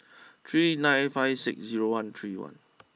three nine five six zero one three one